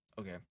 Okay